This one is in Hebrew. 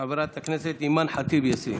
חברת הכנסת אימאן ח'טיב יאסין.